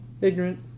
Ignorant